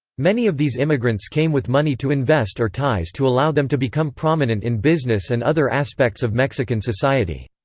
many of these immigrants came with money to invest or ties to allow them to become prominent in business and other aspects of mexican society.